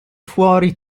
fuori